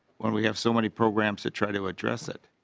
when we have so many programs to try to address it.